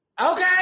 Okay